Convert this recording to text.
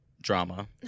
Drama